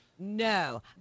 No